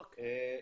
אוקיי.